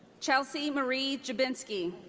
chelsea marie jubinsky.